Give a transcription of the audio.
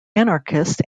anarchist